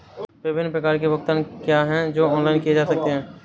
विभिन्न प्रकार के भुगतान क्या हैं जो ऑनलाइन किए जा सकते हैं?